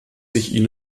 ina